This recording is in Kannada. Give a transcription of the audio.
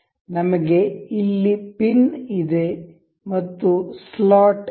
ನಮಗೆ ಇಲ್ಲಿ ಪಿನ್ ಇದೆ ಮತ್ತು ಸ್ಲಾಟ್ ಇದೆ